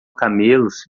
camelos